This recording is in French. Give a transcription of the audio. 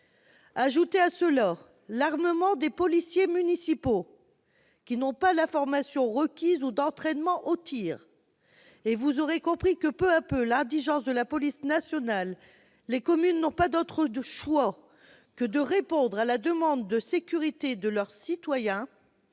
Ajoutez à cela l'armement des policiers municipaux, qui n'ont pas la formation requise ou d'entraînement au tir, et vous comprendrez que, peu à peu, face à l'indigence de la police nationale, les communes n'ont pas d'autre choix que de répondre à la demande de sécurité de leurs citoyens